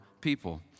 people